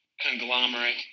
conglomerate